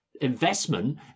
Investment